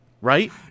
Right